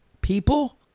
People